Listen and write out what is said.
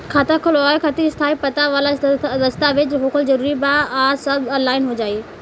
खाता खोलवावे खातिर स्थायी पता वाला दस्तावेज़ होखल जरूरी बा आ सब ऑनलाइन हो जाई?